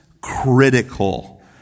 critical